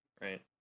right